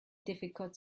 difficult